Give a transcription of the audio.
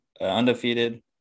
undefeated